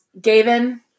Gavin